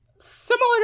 similar